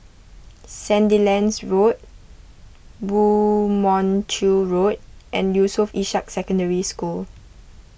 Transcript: Sandilands Road Woo Mon Chew Road and Yusof Ishak Secondary School